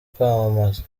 kwamamaza